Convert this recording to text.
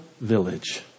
village